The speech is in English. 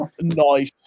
nice